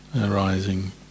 arising